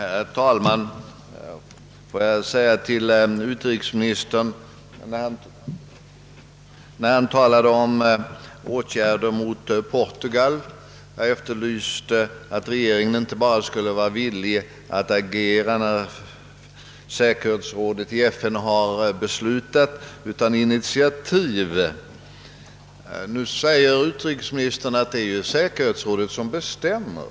Herr talman! Får jag säga till utri kesministern, när han talade om åtgärder mot Portugal, att vad jag efterlyste var att regeringen inte bara skulle vara villig att agera när FN:s säkerhetsråd hade beslutat, utan också ta egna initiativ. Nu framhåller utrikesministern att det är säkerhetsrådet som bestämmer.